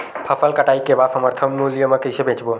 फसल कटाई के बाद समर्थन मूल्य मा कइसे बेचबो?